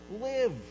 live